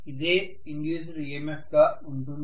ఇదే induced EMF గా ఉంటుంది